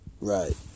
Right